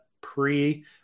pre